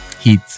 Heat